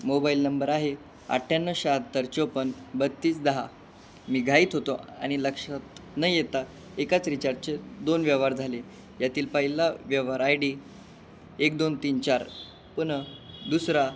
mobile number आहे अठ्ठ्याण्णव शहात्तर चौपन्न बत्तीस दहा मी घाईत होतो आणि लक्षात न येता एकाच रिचार्जचे दोन व्यवहार झाले यातील पाहिला व्यवहार आय डी एक दोन तीन चार पुन्हा दुसरा